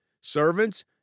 Servants